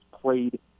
played